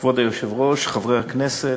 כבוד היושב-ראש, חברי הכנסת,